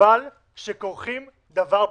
חבל שכורכים דבר בדבר.